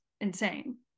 insane